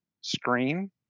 screen